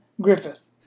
Griffith